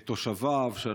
את תושביו הפלסטינים,